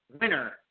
winner